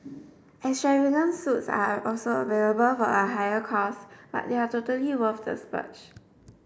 extravagant suites are also available for a higher cost but they are totally worth the splurge